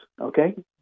okay